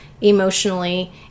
emotionally